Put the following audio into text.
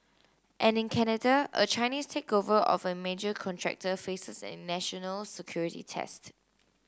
and in Canada a Chinese takeover of a major contractor faces a national security test